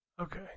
Okay